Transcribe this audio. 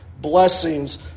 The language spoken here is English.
blessings